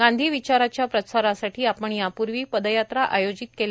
गांधी विचाराच्या प्रसारासाठी आपण यापूर्वी पदयात्रा आयोजित केल्या